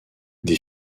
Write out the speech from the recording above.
des